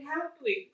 Happily